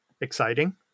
exciting